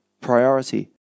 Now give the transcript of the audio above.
priority